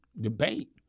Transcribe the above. debate